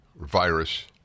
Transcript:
virus